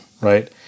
right